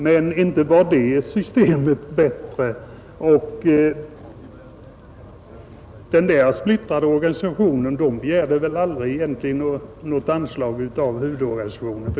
Men man begärde ju aldrig något anslag av Onsdagen den huvudorganisationen, och det hade enligt mitt förmenande varit helt 10 mars 1971 örlnligr.